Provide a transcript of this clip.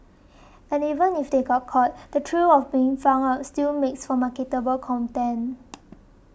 and even if they got caught the thrill of being found out still makes for marketable content